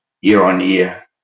year-on-year